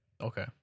Okay